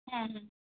ᱦᱮᱸ ᱦᱮᱸ